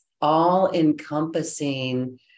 all-encompassing